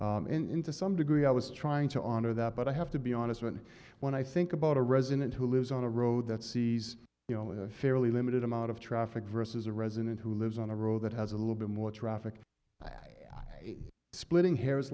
to some degree i was trying to honor that but i have to be honest when when i think about a resident who lives on a road that sees the only a fairly limited amount of traffic versus a resident who lives on a road that has a little bit more traffic splitting hairs